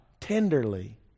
tenderly